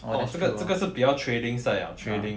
orh 这个这个是比较 trading side liao trading